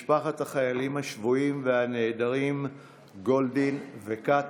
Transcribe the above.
משפחות החיילים השבויים והנעדרים גולדין וכץ,